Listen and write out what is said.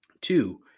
Two